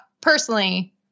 personally